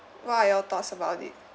what are your thoughts about it